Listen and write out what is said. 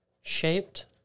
Shaped